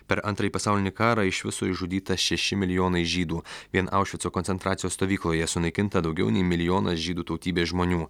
per antrąjį pasaulinį karą iš viso išžudyta šeši milijonai žydų vien aušvico koncentracijos stovykloje sunaikinta daugiau nei milijonas žydų tautybės žmonių